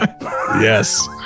Yes